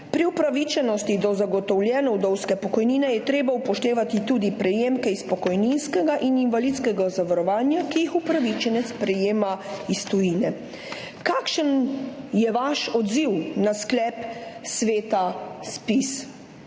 Pri upravičenosti do zagotovljene vdovske pokojnine je treba upoštevati tudi prejemke iz pokojninskega in invalidskega zavarovanja, ki jih upravičenec prejema iz tujine. Zanima me: Kakšen je vaš odziv na sklep sveta ZPIZ